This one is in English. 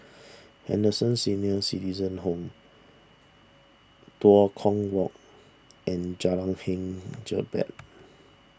Henderson Senior Citizens Home Tua Kong Walk and Jalan Hang Jebat